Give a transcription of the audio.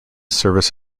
service